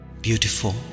Beautiful